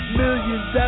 millions